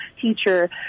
teacher